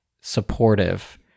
supportive